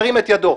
ירים את ידו.